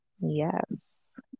Yes